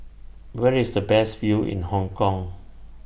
Where IS The Best View in Hong Kong